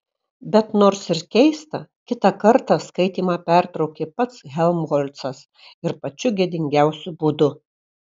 bet nors ir keista kitą kartą skaitymą pertraukė pats helmholcas ir pačiu gėdingiausiu būdu